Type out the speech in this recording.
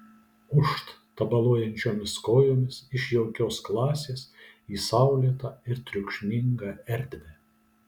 ūžt tabaluojančiomis kojomis iš jaukios klasės į saulėtą ir triukšmingą erdvę